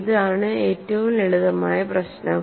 ഇതാണ് ഏറ്റവും ലളിതമായ പ്രശ്നം